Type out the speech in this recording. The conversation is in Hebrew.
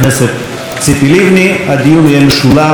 הדיון יהיה משולב עם הצעות האי-אמון בממשלה.